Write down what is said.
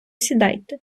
сідайте